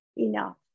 enough